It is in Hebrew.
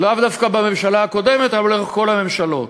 לאו דווקא בממשלה הקודמת, לאורך כל הממשלות.